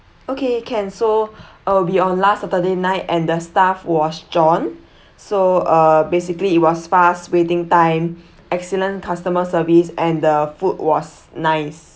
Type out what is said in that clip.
okay can so it'll be on last saturday night and the staff was john so uh basically it was fast waiting time excellent customer service and the food was nice